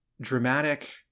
dramatic